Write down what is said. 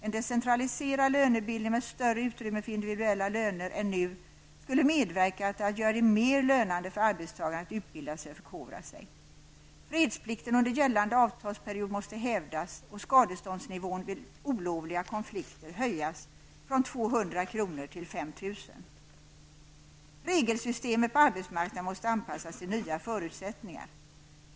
En decentraliserad lönebildning med större utrymme för individuella löner än nu skulle medverka till att göra det mer lönande för arbetstagarna att utbilda sig och förkovra sig. Fredsplikten under gällande avtalsperiod måste hävdas och skadeståndsnivån vid olovliga konflikter höjas från 200 kr. till 5 000 Regelsystemet på arbetsmarknaden måste anpassas till nya förutsättningar.